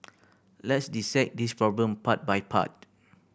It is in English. let's dissect this problem part by part